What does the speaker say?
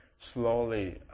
slowly